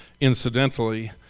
incidentally